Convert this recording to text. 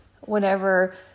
whenever